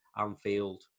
Anfield